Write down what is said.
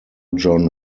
john